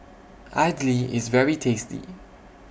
Idly IS very tasty